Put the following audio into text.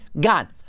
gone